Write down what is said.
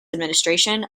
administration